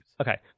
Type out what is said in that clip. okay